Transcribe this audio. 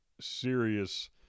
serious